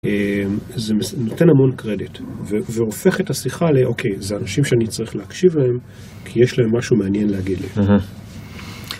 זה נותן המון קרדיט, והופך את השיחה לאוקיי, זה אנשים שאני צריך להקשיב להם, כי יש להם משהו מעניין להגיד לי.